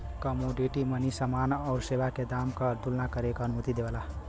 commodity money समान आउर सेवा के दाम क तुलना करे क अनुमति देवला